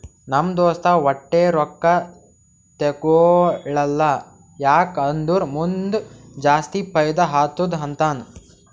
ನಮ್ ದೋಸ್ತ ವಟ್ಟೆ ರೊಕ್ಕಾ ತೇಕೊಳಲ್ಲ ಯಾಕ್ ಅಂದುರ್ ಮುಂದ್ ಜಾಸ್ತಿ ಫೈದಾ ಆತ್ತುದ ಅಂತಾನ್